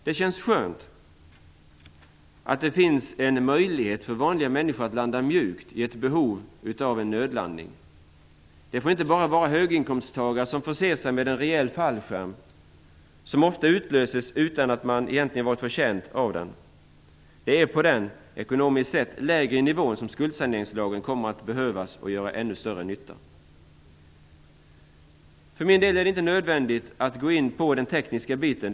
Det känns skönt att det finns en möjlighet för vanliga människor i behov av nödlandning att få landa mjukt. Det får inte bara vara höginkomsttagare som kan förse sig med en rejäl fallskärm som ofta utlöses utan att de har varit förtjänta av den. Det är på den ekonomiskt sett lägre nivån som skuldsaneringslagen behövs och kommer att göra nytta. Det är inte nödvändigt att gå in på den tekniska biten.